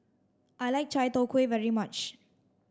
I like Chai Tow Kway very much